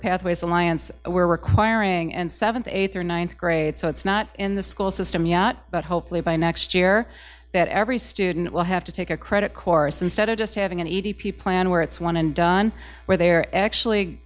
pathways alliance we're requiring and seventh eighth or ninth grade so it's not in the school system yet but hopefully by next year that every student will have to take a credit course instead of just having an e d p plan where it's one and done where they're actually